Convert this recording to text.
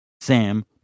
Sam